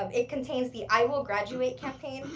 um it contains the i will graduate campaign,